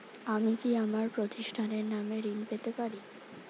আমি কি আমার প্রতিষ্ঠানের নামে ঋণ পেতে পারি?